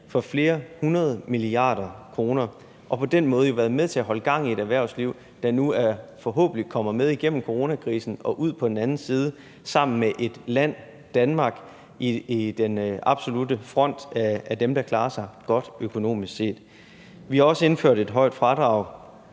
for flere hundrede milliarder kroner og på den måde jo været med til at holde gang i et erhvervsliv, der nu forhåbentlig kommer med igennem coronakrisen og ud på den anden side sammen med et land, Danmark, i den absolutte front af dem, der klarer sig godt økonomisk set. Vi har også indført et højt fradrag